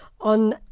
on